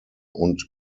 und